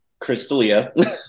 Crystalia